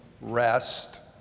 rest